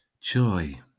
joy